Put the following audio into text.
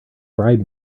bribe